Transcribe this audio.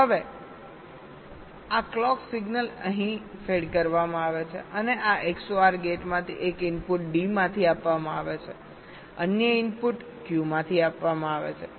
હવે આ clock signal અહીં ખવડાવે છે અને આ XOR ગેટમાંથી એક ઇનપુટ D માંથી આપવામાં આવે છે અન્ય ઇનપુટ Q માંથી આપવામાં આવે છે